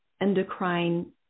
endocrine